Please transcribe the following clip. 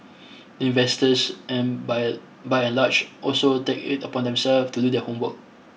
investors and by and by and large also take it upon themselves to do their homework